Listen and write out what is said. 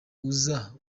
uza